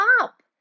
up